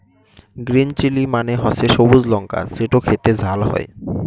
green chilli মানে হসে সবুজ লঙ্কা যেটো খেতে ঝাল হই